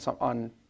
on